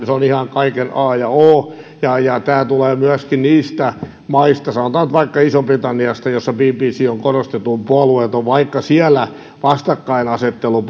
se on ihan kaiken a ja o ja ja tämä tulee myöskin niistä maista sanotaan nyt vaikka isosta britanniasta missä bbc on korostetun puolueeton vaikka siellä vastakkainasettelu